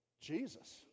Jesus